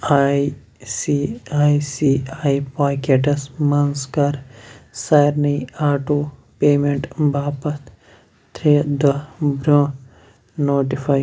I C I C I پاکٮ۪ٹَس منٛز کَر سارنٕے آٹو پیمٮ۪نٛٹ باپتھ ترٛےٚ دۄہ برٛونٛہہ نوٹِفاے